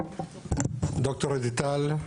ד"ר אדי טל,